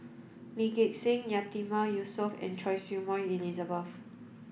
Lee Gek Seng Yatiman Yusof and Choy Su Moi Elizabeth